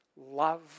love